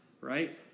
right